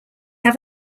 have